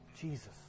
Jesus